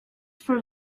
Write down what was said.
for